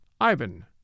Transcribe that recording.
Ivan